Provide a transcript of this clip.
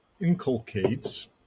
inculcates